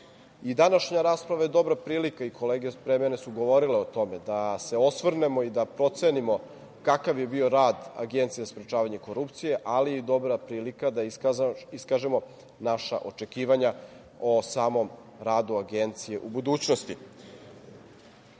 današnja rasprava je dobra prilika, i kolege pre mene su govorile o tome, da se osvrnemo i procenimo kakav je bio rad Agencije za sprečavanje korupcije, ali i dobra prilika da iskažemo naša očekivanja o samom radu Agencije u budućnosti. Nadam